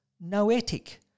noetic